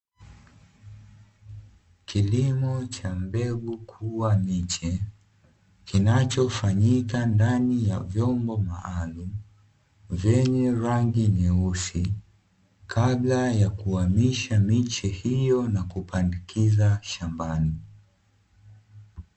Kilimo cha mbegu kuwa miche, kinachofanyika ndani ya vyombo maalumu, vyenye rangi nyeusi kabla ya kuhamisha miche hiyo na kupandikiza shambani.